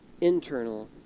internal